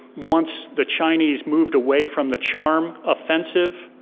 once the chinese moved away from the charm offensive,